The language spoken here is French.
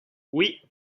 oui